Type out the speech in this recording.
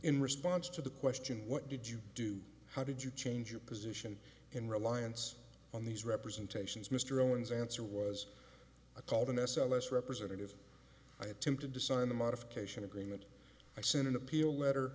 in response to the question what did you do how did you change your position in reliance on these representations mr owens answer was a called an s l s representative i attempted to sign a modification agreement i sent an appeal letter